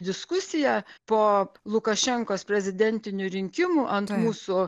diskusiją po lukašenkos prezidentinių rinkimų ant mūsų